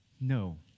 No